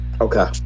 Okay